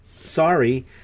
sorry